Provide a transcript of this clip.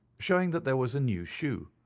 showing that that was a new shoe.